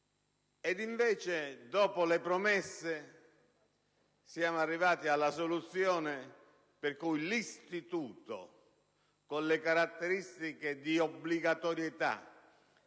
invece, dopo le promesse, siamo arrivati alla soluzione per cui l'istituto, con le caratteristiche di obbligatorietà